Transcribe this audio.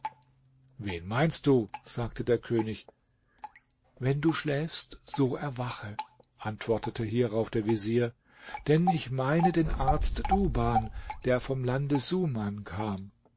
wen meinst du sagte der könig wenn du schläfst so erwache antwortete hierauf der vezier denn ich meine den arzt duban der vom lande suman kam